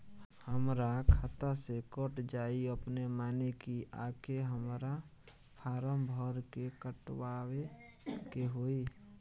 हमरा खाता से कट जायी अपने माने की आके हमरा फारम भर के कटवाए के होई?